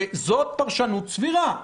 זאת פרשנות סבירה.